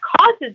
causes